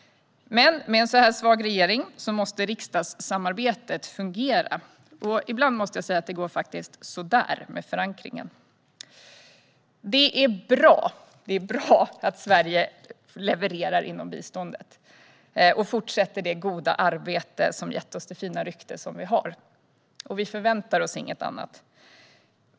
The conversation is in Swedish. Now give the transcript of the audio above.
Men med en sådan här svag regering måste riksdagssamarbetet fungera, och ibland måste jag säga att det går sådär med förankringen. Det är bra att Sverige levererar inom biståndet och fortsätter med det goda arbete som har gett oss det fina rykte vi har. Vi förväntar oss inte heller något annat.